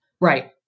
Right